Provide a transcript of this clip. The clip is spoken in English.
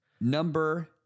Number